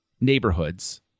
neighborhoods